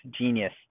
Genius